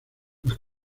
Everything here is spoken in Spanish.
los